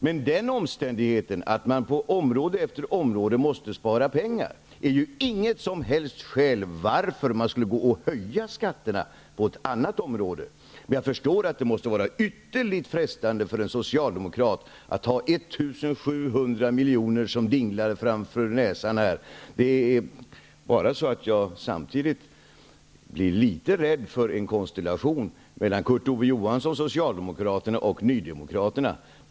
Men den omständigheten att man på område efter område måste spara pengar är ju inget som helst skäl för att höja skatterna på ett annat område. Men jag förstår att det måste vara ytterligt frestande för en socialdemokrat att ha 1 700 miljoner som dinglar framför näsan. Det är bara så att jag samtidigt blir litet rädd för en konstellation mellan socialdemokrater och nydemokrater.